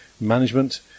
management